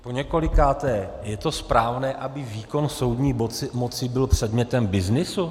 Poněkolikáté, je to správné, aby výkon soudní moci byl předmětem byznysu?